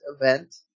event